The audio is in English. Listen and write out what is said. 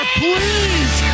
please